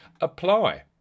apply